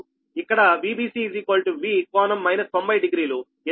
ఇక్కడ Vbc V∟ 90 డిగ్రీలు